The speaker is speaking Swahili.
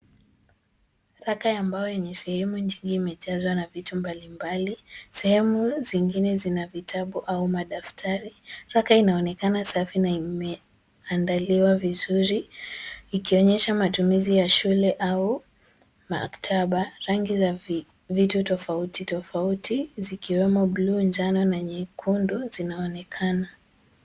Saka ya mbao yenye sehemu nyingi imejazwa na vitu mbali mbali, sehemu zingine zina vitabu au madaftari. Saka inaonekana safi na imeandaliwa vizuri. Ikionyesha matumizi ya shule au maktaba. Rangi za vitu tofauti tofauti zikiwemo bluu, njano, na nyekundu zinaonekana.